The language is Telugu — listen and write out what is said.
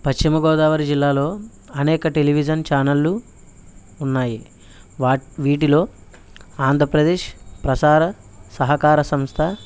పశ్చిమ గోదావరి జిల్లాలో అనేక టెలివిజన్ ఛానళ్ళు ఉన్నాయి వాట్ వీటిలో ఆంధ్రప్రదేశ్ ప్రసార సహకార సంస్థ